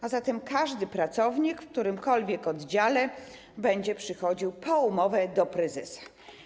A zatem każdy pracownik, w każdym oddziale będzie przychodził po umowę do prezesa.